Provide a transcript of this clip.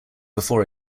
before